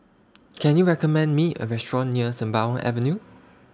Can YOU recommend Me A Restaurant near Sembawang Avenue